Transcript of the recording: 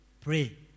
pray